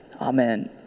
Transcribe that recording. Amen